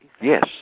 Yes